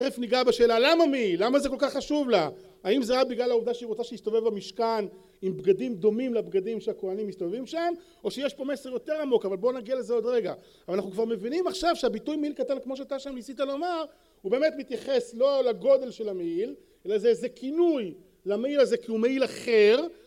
תיכף ניגע בשאלה: למה מעיל? למה זה כל כך חשוב לה? האם זה רק בגלל העובדה שהיא רוצה שיסתובב במשכן עם בגדים דומים לבגדים שהכוהנים מסתובבים שם, או שיש פה מסר יותר עמוק? אבל בואו, נגיע לזה עוד רגע. אבל אנחנו כבר מבינים עכשיו שהביטוי 'מעיל קטן', כמו שאתה שם ניסית לומר, הוא באמת מתייחס לא לגודל של המעיל, אלא זה איזה כינוי למעיל הזה, כי הוא מעיל אחר